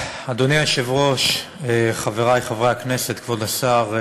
אדוני היושב-ראש, חברי חברי הכנסת, כבוד השר,